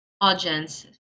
audience